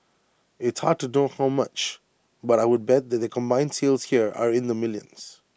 it's hard to know how much but I would bet that their combined sales here are in the millions